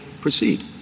proceed